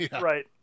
right